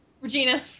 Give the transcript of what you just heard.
regina